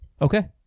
Okay